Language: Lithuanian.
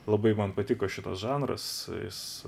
labai man patiko šitas žanras jis